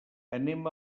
anem